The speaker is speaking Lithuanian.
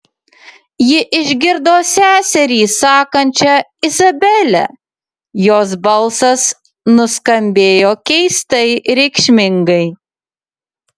ji išgirdo seserį sakančią izabele jos balsas nuskambėjo keistai reikšmingai